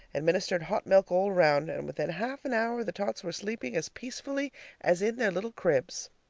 administered hot milk all around, and within half an hour the tots were sleeping as peacefully as in their little cribs.